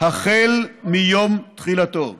החל מיום תחילתו.